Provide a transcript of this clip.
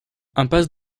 impasse